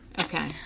Okay